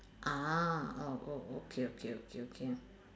ah oh oh okay okay okay okay